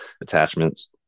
attachments